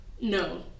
No